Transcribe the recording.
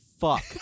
fuck